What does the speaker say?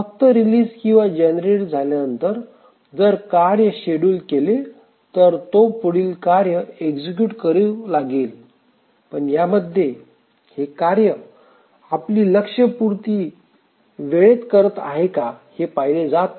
फक्त रिलीज किंवा जनरेट झाल्यानंतर जर कार्य शेड्युल केले तर तो पुढील कार्य एक्झिक्युट करू लागेल पण यामध्ये हे कार्य आपली लक्ष्य पूर्ती वेळेत करत आहे का हे पाहिले जात नाही